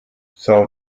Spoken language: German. são